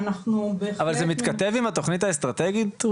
אבל זה מתכתב עם התוכנית האסטרטגית?